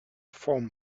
foam